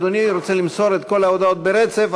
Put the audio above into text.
אדוני רוצה למסור את כל ההודעות ברצף,